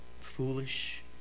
foolish